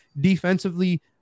Defensively